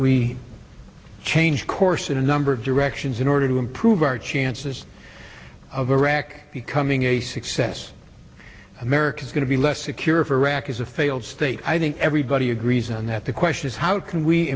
we change course in a number of directions in order to improve our chances of iraq becoming a success america's going to be less secure if iraq is a failed state i think everybody agrees on that the question is how can we